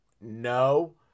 no